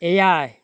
ᱮᱭᱟᱭ